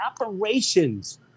operations